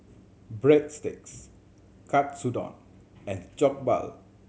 Breadsticks Katsudon and Jokbal